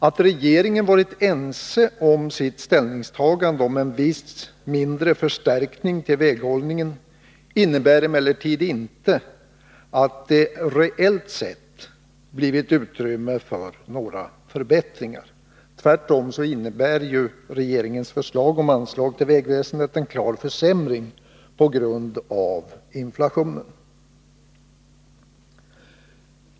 Att regeringen varit ense om sitt ställningstagande till en viss mindre förstärkning av anslaget till väghållningen innebär emellertid inte att det reellt sett blivit utrymme för några förbättringar. Tvärtom innebär ju regeringens förslag om anslag till vägväsendet en klar försämring på grund av inflationen.